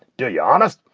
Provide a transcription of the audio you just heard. do you honest?